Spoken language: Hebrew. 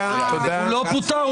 לא פוטר.